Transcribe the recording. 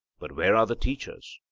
but where are the teachers?